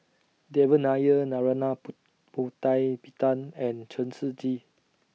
Devan Nair Narana Putumaippittan and Chen Shiji